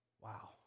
Wow